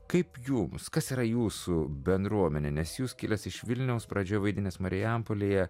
kaip jums kas yra jūsų bendruomenė nes jūs kilęs iš vilniaus pradžioj vaidinęs marijampolėje